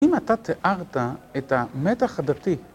אם אתה תיארת את המתח הדתי